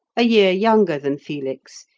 a year younger than felix,